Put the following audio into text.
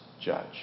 judge